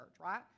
right